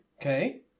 okay